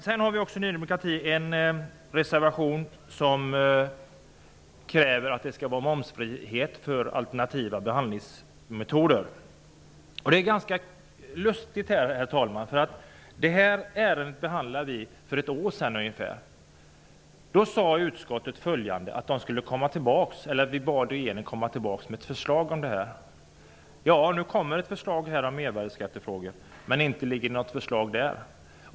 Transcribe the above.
Sedan har Ny demokrati avgett en reservation där man kräver momsfrihet för alternativa behandlingsmetoder. Det är ganska lustigt. Detta ärende behandlades för cirka ett år sedan. Utskottet bad då regeringen att återkomma med ett förslag. Nu kommer här ett förslag om mervärdesskattefrågor som egentligen inte innehåller något förslag.